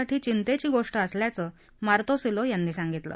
साठी चिंतेची गोष्ट असल्याचं मार्तोसीलो यांनी सांगितलं